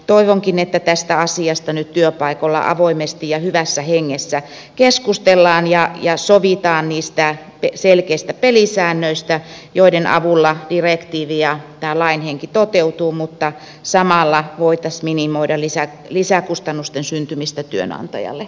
toivonkin että tästä asiasta nyt työpaikoilla avoimesti ja hyvässä hengessä keskustellaan ja sovitaan niistä selkeistä pelisäännöistä joiden avulla direktiivi ja tämän lain henki toteutuvat mutta samalla voitaisiin minimoida lisäkustannusten syntymistä työnantajalle